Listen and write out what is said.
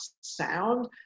sound